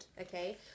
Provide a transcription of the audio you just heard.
okay